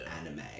anime